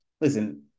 listen